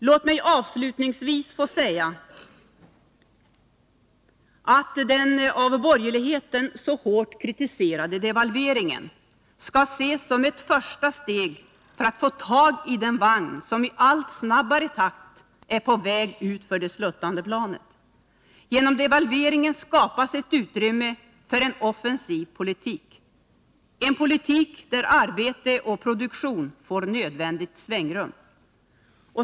Låt mig avslutningsvis få säga att den av borgerligheten så hårt kritiserade devalveringen skall ses som ett första steg för att få tag i den vagn som i allt snabbare takt är på väg utför det sluttande planet. Genom devalveringen skapas ett utrymme för en offensiv politik, en politik där arbete och produktion får nödvändigt svängrum.